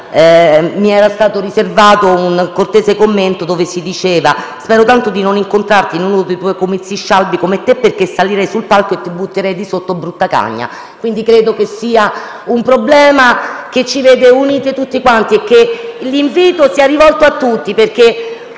mi è stato riservato un cortese commento in cui si diceva: «Spero tanto di non incontrarti in uno dei tuoi comizi scialbi come te, perché salirei sul palco e ti butterei di sotto, brutta cagna». Credo quindi che il problema in oggetto ci veda uniti tutti quanti e che l'invito vada rivolto a tutti,